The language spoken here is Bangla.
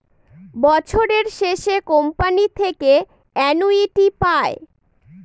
বছরের শেষে কোম্পানি থেকে অ্যানুইটি পায়